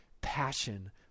passion